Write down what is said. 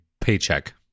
paycheck